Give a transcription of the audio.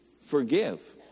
forgive